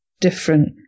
different